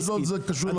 נמל אשדוד קשור למדינה.